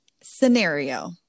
Scenario